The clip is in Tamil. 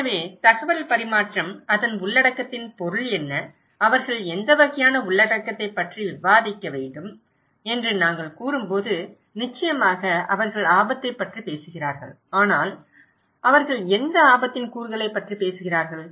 எனவே தகவல் பரிமாற்றம் அதன் உள்ளடக்கத்தின் பொருள் என்ன அவர்கள் எந்த வகையான உள்ளடக்கத்தைப் பற்றி விவாதிக்க வேண்டும் என்று நாங்கள் கூறும்போது நிச்சயமாக அவர்கள் ஆபத்தைப் பற்றி பேசுகிறார்கள் ஆனால் என்ன அவர்கள் எந்த ஆபத்தின் கூறுகளைப் பற்றி பேசுகிறார்கள்